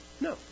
No